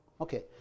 Okay